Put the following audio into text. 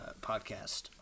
Podcast